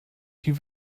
die